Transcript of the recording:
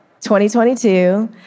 2022